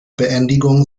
beendigung